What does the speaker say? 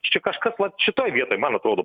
čia kažkas vat šitoj vietoj man atrodo